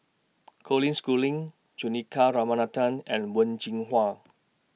Colin Schooling Juthika Ramanathan and Wen Jinhua